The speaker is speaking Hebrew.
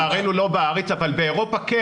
לצערנו לא בארץ, אבל באירופה כן.